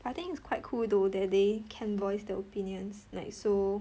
I think it's quite cool though that they can voice their opinions like so